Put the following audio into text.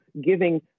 giving